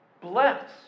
Bless